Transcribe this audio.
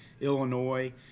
Illinois